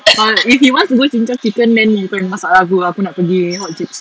err if he wants to go jinjja chicken then bukan masalah aku aku nak pergi hot chicks